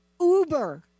uber